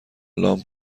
لامپ